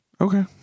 Okay